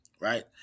right